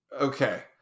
Okay